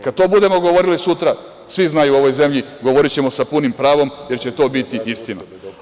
Kad to budemo govorili sutra, svi znaju u ovoj zemlji, govorićemo sa punim pravom jer će to biti istina.